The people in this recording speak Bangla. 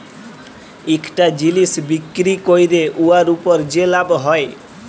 ইকটা জিলিস বিক্কিরি ক্যইরে উয়ার উপর যে লাভ হ্যয়